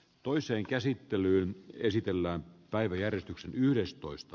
toiseen käsittelyyn esitellään päiväjärjestyksen myöhemmin